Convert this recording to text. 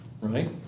Right